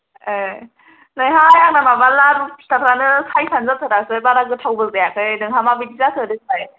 ए नैहाय आंना माबा लारु फिथाफ्रानो सायजानो जाथारासै बारा गोथावबो जायाखै नोंहा माबायदि जाखो देग्लाय